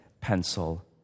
pencil